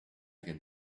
can